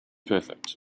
perfect